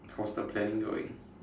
how's the planning going